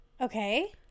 Okay